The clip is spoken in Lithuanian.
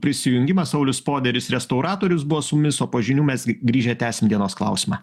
prisijungimą saulius poderis restauratorius buvo su mumis o po žinių mes grįžę tęsim dienos klausimą